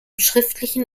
schriftlichen